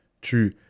True